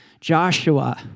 Joshua